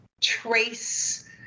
trace